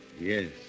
Yes